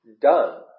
done